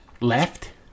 left